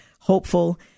hopeful